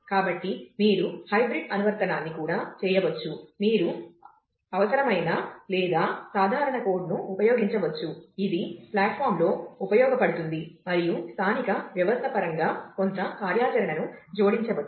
కాబట్టి మీరు హైబ్రిడ్ అనువర్తనాన్ని కూడా చేయవచ్చు మీరు అనవసరమైన లేదా సాధారణ కోడ్ను ఉపయోగించవచ్చు ఇది ప్లాట్ఫామ్లో ఉపయోగపడుతుంది మరియు స్థానిక వ్యవస్థ పరంగా కొంత కార్యాచరణను జోడించవచ్చు